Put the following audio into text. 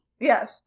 Yes